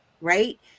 right